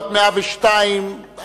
בת 102,